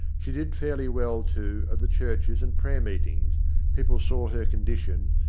she did fairly well, too, at the churches and prayer-meetings people saw her condition,